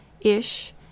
ish